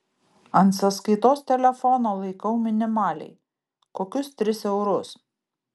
ant sąskaitos telefono laikau minimaliai kokius tris eurus